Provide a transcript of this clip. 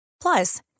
Plus